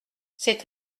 c’est